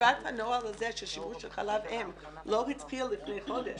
כתיבת הנוהל הזה של שימוש בחלב אם לא התחיל לפני חודש.